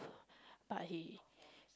but he